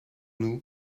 nous